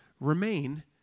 remain